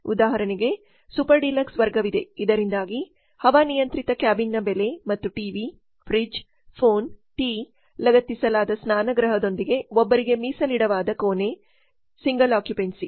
ಉದಾಹರಣೆಗೆ super deluxe ವರ್ಗವಿದೆ ಇದರಿಂದಾಗಿ ಹವಾನಿಯಂತ್ರಿತ ಕ್ಯಾಬಿನ್ನ ಬೆಲೆ ಮತ್ತು ಟಿವಿ ಫ್ರಿಡ್ಜ್ ಫೋನ್ ಟೀ ಲಗತ್ತಿಸಲಾದ ಸ್ನಾನಗೃಹದೊಂದಿಗೆ ಒಬ್ಬರಿಗೆ ಮೀಸಲಿಡಲಾದ ಕೋಣೆ ಸಿಂಗಲ್ ಆಕ್ಯುಪೆನ್ಸೀ